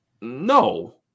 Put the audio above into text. No